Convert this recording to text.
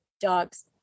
Dogs